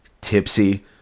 Tipsy